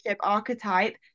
archetype